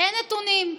אין נתונים.